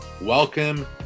Welcome